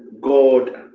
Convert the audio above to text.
God